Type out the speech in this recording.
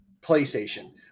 PlayStation